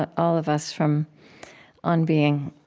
but all of us from on being,